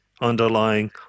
underlying